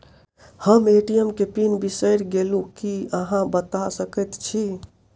हम ए.टी.एम केँ पिन बिसईर गेलू की अहाँ बता सकैत छी?